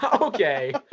okay